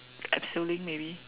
abseiling maybe